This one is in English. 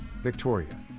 Victoria